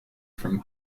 from